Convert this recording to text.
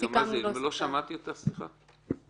לא שמעתי אותך, סליחה.